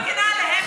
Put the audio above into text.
לא מגינה עליהם,